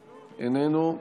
איננו.